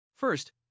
First